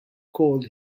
called